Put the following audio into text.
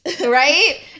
right